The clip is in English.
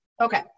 Okay